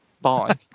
bye